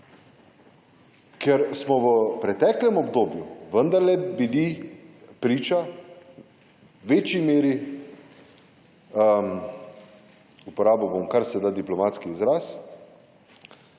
ker smo v preteklem obdobju vendarle bili priča večji meri, uporabil bom kar se da diplomatski izraz,